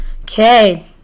Okay